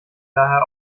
daher